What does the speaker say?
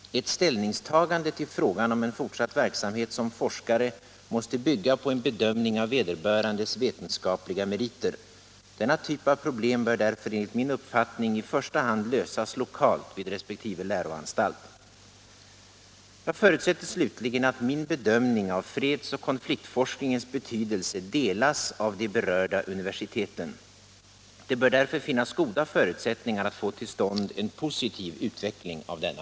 Ett ställningstagande till frågan om en fortsatt verksamhet som forskare måste bygga på en bedömning av vederbörandes vetenskapliga meriter. Denna typ av problem bör därför enligt min uppfattning i första hand lösas lokalt vid resp. läroanstalt. Jag förutsätter slutligen att min bedömning av fredsoch konfliktforskningens betydelse delas av de berörda universiteten. Det bör därför finnas goda förutsättningar att få till stånd en positiv utveckling av denna.